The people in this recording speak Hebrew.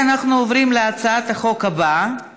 65 חברי כנסת בעד, 39 מתנגדים, אין נמנעים.